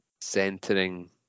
centering